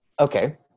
okay